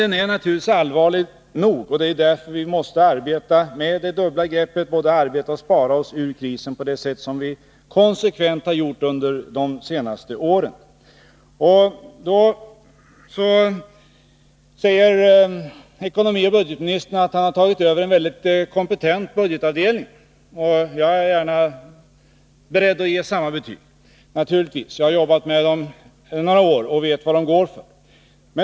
Den är naturligtvis allvarlig nog, och det är därför vi måste arbeta med det dubbla greppet — att både arbeta och spara oss ur krisen på det vis som vi konsekvent har gjort under de senaste åren. Ekonomioch budgetministern säger att han har tagit över en mycket kompetent budgetavdelning. Jag är naturligtvis beredd att ge samma betyg. Jag har jobbat med människorna där några år och vet vad de går för.